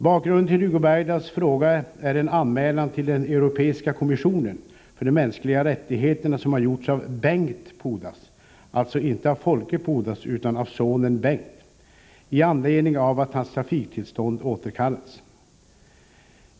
Bakgrunden till Hugo Bergdahls fråga är en anmälan till den europeiska kommissionen för de mänskliga rättigheterna som har gjorts av Bengt Pudas —- alltså inte av Folke Pudas utan av sonen Bengt — i anledning av att hans trafiktillstånd återkallats.